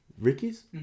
Ricky's